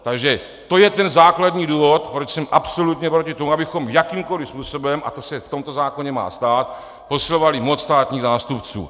Takže to je ten základní důvod, proč jsem absolutně proti tomu, abychom jakýmkoliv způsobem, a to se v tomto zákoně má stát, posilovali moc státních zástupců.